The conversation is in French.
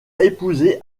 épousé